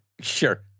Sure